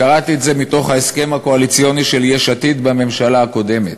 קראתי את זה מתוך ההסכם הקואליציוני של יש עתיד בממשלה הקודמת,